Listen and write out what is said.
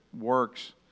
works